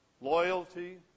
loyalty